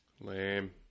Lame